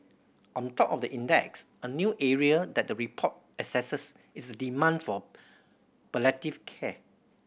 on top of the index a new area that the report assesses is the demand for palliative care